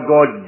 God